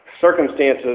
circumstances